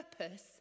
purpose